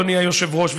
אדוני היושב-ראש,